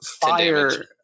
fire